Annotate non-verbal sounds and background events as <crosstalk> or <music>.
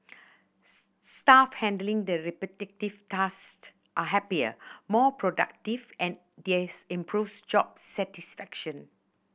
staff handling the repetitive <unintelligible> are happier more productive and this improves job satisfaction